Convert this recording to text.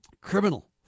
Criminal